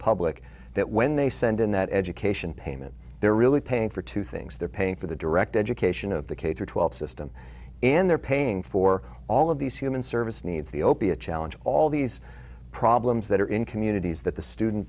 public that when they send in that education payment they're really paying for two things they're paying for the direct education of the k through twelve system and they're paying for all of these human services needs the opi a challenge all these problems that are in communities that the student